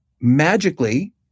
magically